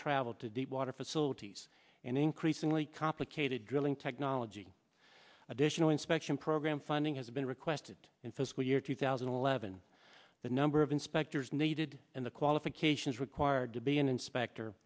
travel to deepwater facilities and increasingly complicated drilling technology additional inspection program funding has been requested in fiscal year two thousand and eleven the number of inspectors needed and the qualifications required to be an inspector